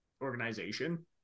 organization